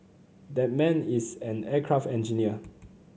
that man is an aircraft engineer